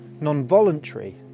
non-voluntary